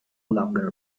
longer